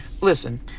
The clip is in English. Listen